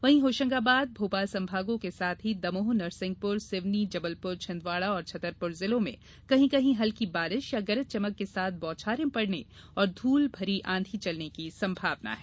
वहीं होशंगाबाद भोपाल सभागों के साथ ही दमोह नरसिंहपुर सिवनी जबलपुर छिंदवाड़ा और छतरपुर जिलों में कहीं कहीं हल्की बारिश या गरज चमक के साथ बौछारे पड़ने और धूल भरी आंधी चलने की संभावना है